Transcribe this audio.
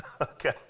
Okay